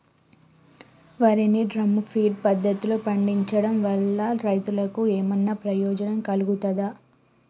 వరి ని drum feed పద్ధతిలో పండించడం వల్ల రైతులకు ఏమన్నా ప్రయోజనం కలుగుతదా?